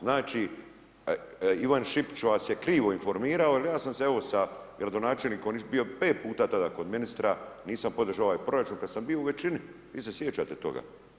Znači Ivan Šipić vas je krivo informirao, ja sam se evo sa gradonačelnikom, on je već 5 puta tada kod ministra, nisam podržao ovaj proračun kad sam bio u većini, vi se sjećate toga.